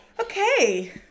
Okay